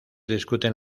discuten